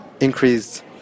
increased